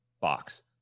box